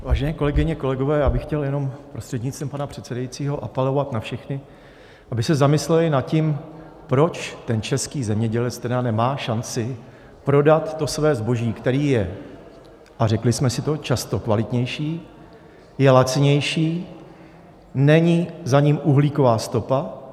Vážené kolegyně, kolegové, já bych chtěl jenom prostřednictvím pana předsedajícího apelovat na všechny, aby se zamysleli nad tím, proč český zemědělec tedy nemá šanci prodat to své zboží, které je a řekli jsme si to často kvalitnější, je lacinější, není za ním uhlíková stopa.